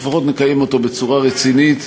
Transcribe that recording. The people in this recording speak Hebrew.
לפחות נקיים אותו בצורה רצינית.